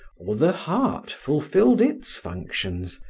or the heart fulfilled its functions.